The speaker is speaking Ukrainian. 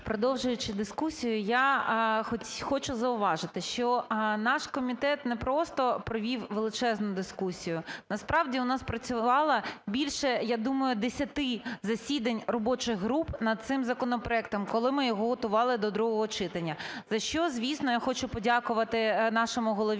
Продовжуючи дискусію, я хочу зауважити, що наш комітет не просто провів величезну дискусію. Насправді, у нас працювало більше, я думаю, десяти засідань робочих груп над цим законопроектом, коли ми його готували до другого читання. За що, звісно, я хочу подякувати нашому голові